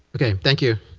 okay. thank you.